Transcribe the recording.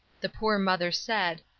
the poor mother said,